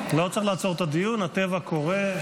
לא צריך לעצור את הדיון, הטבע קורא.